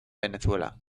venezuela